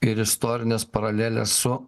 ir istorinės paralelės su